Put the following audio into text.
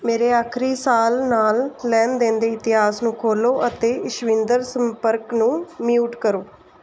ਮੇਰੇ ਆਖਰੀ ਸਾਲ ਨਾਲ ਲੈਣ ਦੇਣ ਦੇ ਇਤਿਹਾਸ ਨੂੰ ਖੋਲ੍ਹੋ ਅਤੇ ਇਸ਼ਵਿੰਦਰ ਸੰਪਰਕ ਨੂੰ ਮਊਟ ਕਰੋ